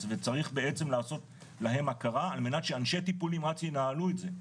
וצריך בעצם לעשות להן הכרה על מנת שאנשי טיפול נמרץ ינהלו את זה.